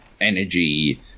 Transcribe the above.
energy